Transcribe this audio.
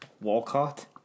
Walcott